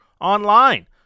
online